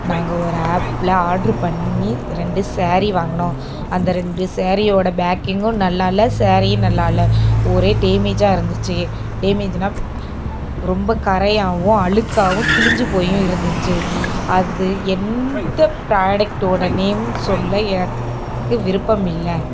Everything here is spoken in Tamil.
நாங்கள் ஒரு ஆப்பில் ஆர்ட்ரு பண்ணி ரெண்டு சேரீ வாங்கினோம் அந்த ரெண்டு சேரீயோட பேக்கிங்கும் நல்லாயில்ல சேரீயும் நல்லாயில்ல ஒரே டேமேஜாக இருந்துச்சு டேமேஜுனால் ரொம்ப கறையாகவும் அழுக்காகவும் கிழிஞ்சு போயும் இருந்துச்சு அது எந்த ப்ராடக்டோட நேம்னு சொல்ல எனக்கு விருப்பம் இல்லை